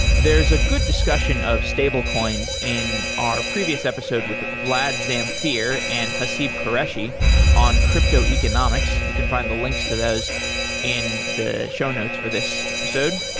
there is a good discussion of stable coins in our previous episode with vlad zamfir and haseeb qureshi on crypto economics. you can find the links to those in the show notes for this episode.